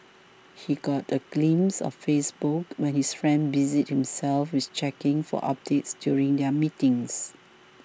he got a glimpse of Facebook when his friend busied himself with checking for updates during their meeting